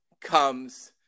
comes